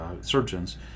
surgeons